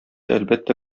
әлбәттә